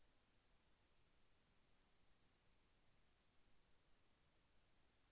నా ఖాతా వివరాలను తెలియని వ్యక్తులకు చెప్పడం వల్ల కలిగే నష్టమేంటి?